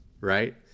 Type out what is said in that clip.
Right